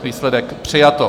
Výsledek: přijato.